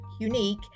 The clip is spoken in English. unique